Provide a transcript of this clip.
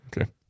Okay